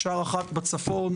אפשר אחת בצפון,